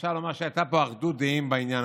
שאפשר לומר שהייתה פה אחדות דעים בעניין